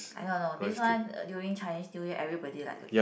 I don't know this one uh during Chinese New Year everybody like to eat